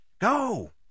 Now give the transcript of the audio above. Go